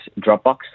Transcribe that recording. Dropbox